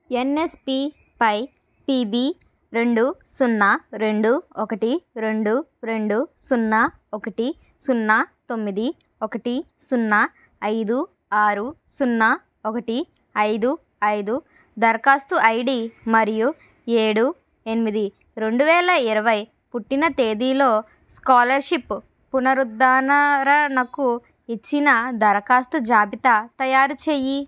NSP పై PB రెండు సున్నా రెండు ఒకటి రెండు రెండు సున్నా ఒకటి సున్నా తొమ్మిది ఒకటి సున్నా ఐదు ఆరు సున్నా ఒకటి ఐదు ఐదు దరఖాస్తు ఐడి మరియు ఏడు ఎనిమిది రెండు వేల ఇరవై పుట్టిన తేదీతో స్కాలర్షిప్ పునరుద్దరణకు ఇచ్చిన దరఖాస్తు జాబితా తయారు చేయి